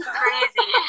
crazy